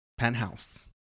Penthouse